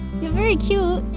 you're very cute.